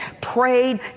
prayed